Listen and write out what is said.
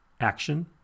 Action